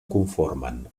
conformen